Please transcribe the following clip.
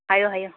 ꯍꯥꯏꯌꯣ ꯍꯥꯏꯌꯣ